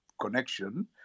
connection